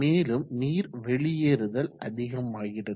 மேலும் நீர் வெளியேறுதல் அதிகமாகிறது